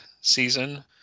season